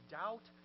doubt